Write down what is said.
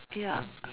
ya